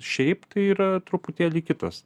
šiaip tai yra truputėlį kitas